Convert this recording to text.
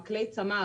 כלי צמ"ה,